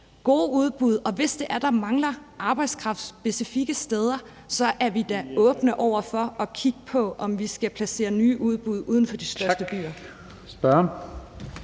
er sådan, at der mangler arbejdskraft specifikke steder, er vi da åbne over for at kigge på, om vi skal placere nye udbud uden for de største byer.